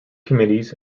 committees